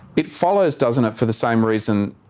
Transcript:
it follows, doesn't it, for the same reason,